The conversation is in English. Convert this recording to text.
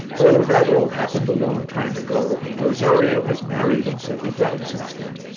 oh, that all happened a long time ago and rosario has married and settled down since then.